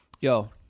Yo